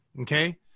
Okay